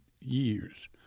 years